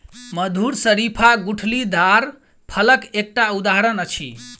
मधुर शरीफा गुठलीदार फलक एकटा उदहारण अछि